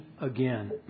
again